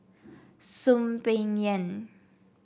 Soon Peng Yam